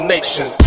Nation